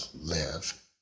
live